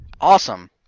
Awesome